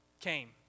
came